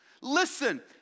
Listen